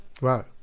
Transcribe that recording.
Right